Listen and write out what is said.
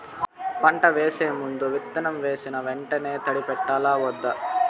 పంట వేసే ముందు, విత్తనం వేసిన వెంటనే మొదటి తడి పెట్టాలా వద్దా?